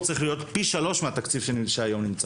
צריך להיות פי שלושה מהתקציב של היום.